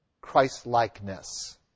Christ-likeness